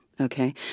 okay